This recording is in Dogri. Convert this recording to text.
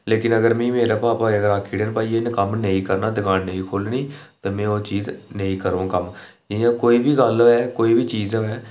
लेकिन अगर मिगी मेरा भापा आक्खी ओड़ै कि भाई एह् कम्म नेईं करना ते में ओह् चीज़ नेईं करङ कम्म जि'यां कोई बी गल्ल होऐ कोई बी चीज़ होऐ